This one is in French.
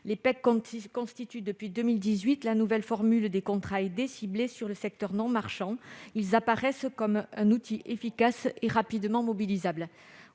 Les PEC constituent depuis 2018 la nouvelle formule des contrats aidés ciblés sur le secteur non marchand. Ils apparaissent comme un outil efficace et rapidement mobilisable.